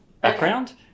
background